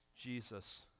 Jesus